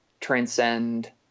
transcend